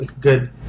good